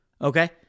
Okay